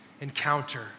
Encounter